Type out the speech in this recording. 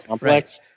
Right